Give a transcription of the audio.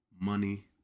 Money